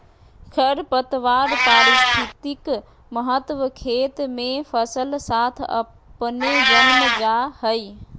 खरपतवार पारिस्थितिक महत्व खेत मे फसल साथ अपने जन्म जा हइ